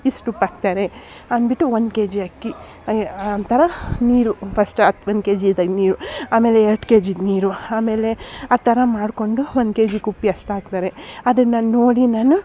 ಇಷ್ಟು ಉಪ್ಪು ಹಾಕ್ತಾರೆ ಅನ್ಬಿಟು ಒಂದು ಕೆ ಜಿ ಅಕ್ಕಿ ಆ ತರ ನೀರು ಫಸ್ಟ್ ಒಂದು ಕೆ ಜಿದು ನೀರು ಆಮೇಲೆ ಎರಡು ಕೆ ಜಿದು ನೀರು ಆಮೇಲೆ ಆ ಥರ ಮಾಡಿಕೊಂಡು ಒಂದು ಕೆ ಜಿಗೆ ಉಪ್ಪು ಎಷ್ಟು ಹಾಕ್ತಾರೆ ಅದನ್ನು ನೋಡಿ ನಾನು